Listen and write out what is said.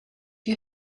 you